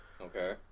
Okay